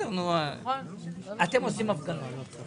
אני מבינה שהוועדה מנוהלת,